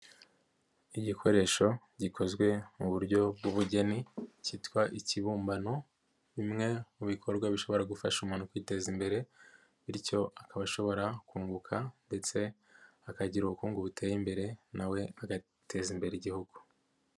Igikoresho gikozwe mu buryo bw'ubugeni, cyitwa ikibumbano, bimwe mu bikorwa bishobora gufasha umuntu kwiteza imbere bityo akaba ashobora kunguka ndetse akagira ubukungu buteye imbere na we agateza imbere igihugu.